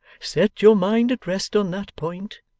set your mind at rest on that point.